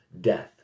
death